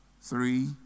three